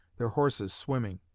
their horses swimming.